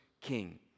king